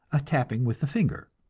a tapping with a finger.